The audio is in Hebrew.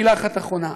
מילה אחת אחרונה,